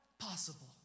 possible